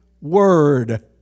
Word